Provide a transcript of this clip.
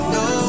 no